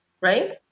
right